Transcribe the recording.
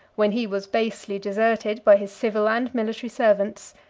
when he was basely deserted by his civil and military servants,